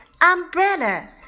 umbrella